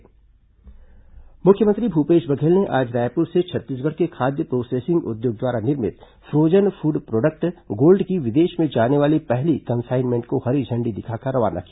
मुख्यमंत्री frozen food product मुख्यमंत्री भूपेश बघेल ने आज रायपुर से छत्तीसगढ़ के खाद्य प्रोसेसिंग उद्योग द्वारा निर्मित फ्रोजन फूड प्रोडक्ट गोल्ड की विदेश में जाने वाली पहली कंसाइनमेंट को हरी झण्डी दिखाकर रवाना किया